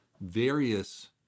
various